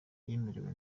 byemerewe